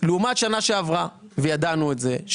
לעומת שנה שעברה וידענו את זה,